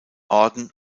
orden